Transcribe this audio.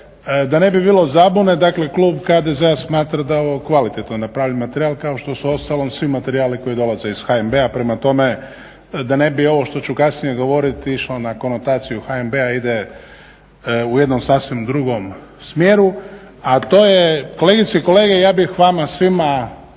Da ne bi bilo zabune, dakle klub HDZ-a smatra da je ovo kvalitetno napravljen materijal kao što su uostalom svi materijali koji dolaze iz HNB-a. Prema tome, da ne bi ovo što ću kasnije govoriti išlo na konotaciju HNB-a ide u jednom sasvim drugom smjeru, a to je kolegice i kolege ja bih vama svima